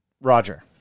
Roger